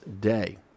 day